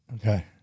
Okay